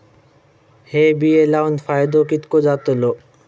हे बिये लाऊन फायदो कितको जातलो?